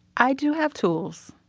i do have tools.